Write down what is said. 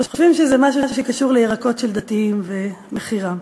חושבים שזה משהו שקשור לירקות של דתיים ומחירם.